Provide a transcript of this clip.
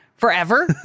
forever